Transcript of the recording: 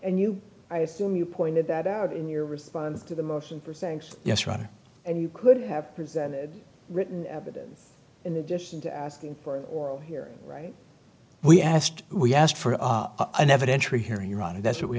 and you i assume you pointed that out in your response to the motion for saying yes rather and you could have presented written evidence in addition to asking for an oral here right we asked we asked for an evidentiary hearing your honor that's what we